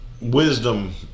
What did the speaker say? wisdom